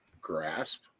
grasp